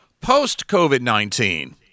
post-COVID-19